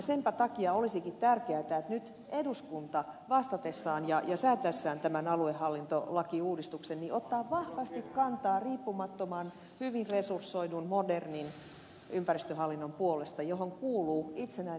senpä takia olisikin tärkeätä että nyt eduskunta vastatessaan ja säätäessään tämän aluehallintolakiuudistuksen ottaa vahvasti kantaa riippumattoman hyvin resursoidun modernin ympäristöhallinnon puolesta johon kuuluu itsenäinen ympäristöministeri